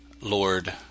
Lord